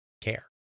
care